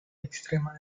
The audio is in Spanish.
extrema